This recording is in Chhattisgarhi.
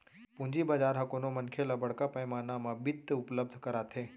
पूंजी बजार ह कोनो मनखे ल बड़का पैमाना म बित्त उपलब्ध कराथे